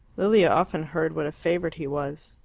lilia often heard what a favorite he was.